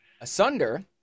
Asunder